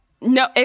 No